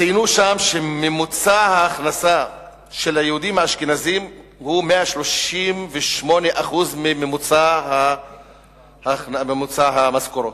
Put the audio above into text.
ציינו שממוצע ההכנסה של היהודים האשכנזים הוא 138% של ממוצע המשכורות,